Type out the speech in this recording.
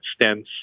stents